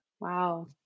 Wow